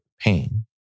pain